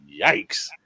Yikes